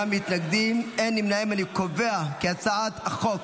ההצעה להעביר את הצעת חוק